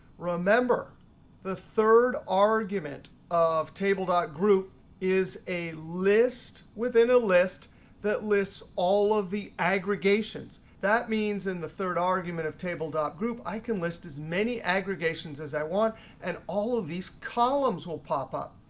remember the third argument of table dot group is a list within a list that lists all of the aggregations. that means in the third argument of table dot group, i can list as many aggregations as i want and all of these columns will pop up.